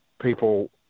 people